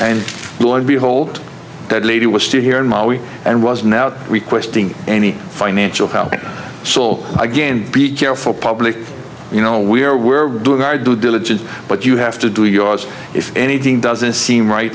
and behold that lady was still here in ma we and was now requesting any financial help so will again be careful public you know we're we're doing our due diligence but you have to do yours if anything doesn't seem right